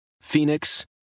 Phoenix